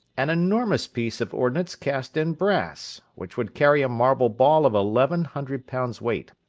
an enormous piece of ordnance cast in brass, which would carry a marble ball of eleven hundred pounds weight.